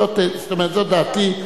זאת אומרת, זו דעתי.